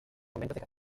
conventos